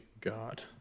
God